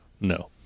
no